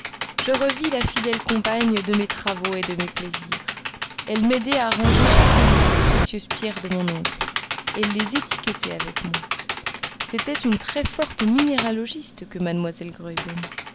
je revis la fidèle compagne de mes travaux et de mes plaisirs elle m'aidait à ranger chaque jour les précieuses pierres de mon oncle elle les étiquetait avec moi c'était une très forte minéralogiste que mademoiselle graüben